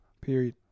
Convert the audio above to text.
Period